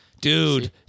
Dude